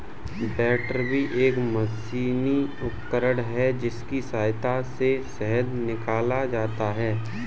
बैटरबी एक मशीनी उपकरण है जिसकी सहायता से शहद निकाला जाता है